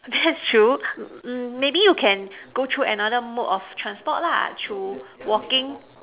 that's true mm maybe you can go through another mode of transport lah through walking